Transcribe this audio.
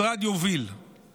אנחנו לא הרוסים.